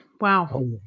Wow